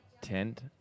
Tent